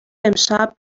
امشب